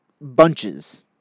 bunches